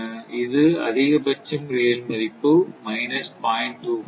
இது அதிகபட்சம் ரியல் மதிப்பு மைனஸ் 0